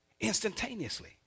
instantaneously